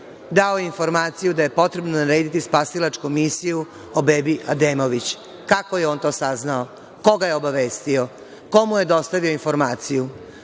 dao informaciju da je potrebno narediti spasilačku misiju o bebi Ademović, kako je on to saznao, ko ga je obavestio, ko mu je dostavio informaciju?